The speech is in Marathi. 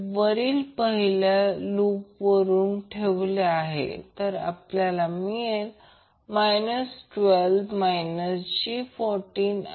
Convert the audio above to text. तर त्या बाबतीत जे फक्त बदलून XC 1ω C ठेवले आणि फक्त सरलीकृत केले ते मी करत नाही ते समजण्यासारखे आहे